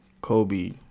Kobe